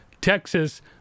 Texas